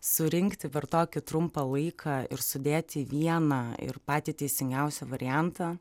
surinkti per tokį trumpą laiką ir sudėti į vieną ir patį teisingiausią variantą